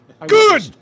Good